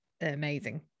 amazing